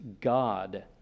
God